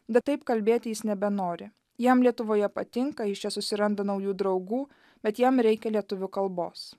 bet taip kalbėti jis nebenori jam lietuvoje patinka jis čia susiranda naujų draugų bet jam reikia lietuvių kalbos